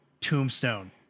Tombstone